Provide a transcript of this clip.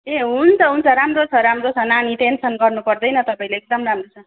ए हुन्छ हुन्छ राम्रो छ राम्रो छ नानी टेन्सन गर्नुपर्दैन तपाईँले एकदम राम्रो छ